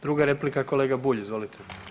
Druga replika kolega Bulj, izvolite.